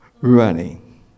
running